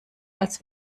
als